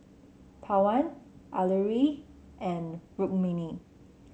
Pawan Alluri and Rukmini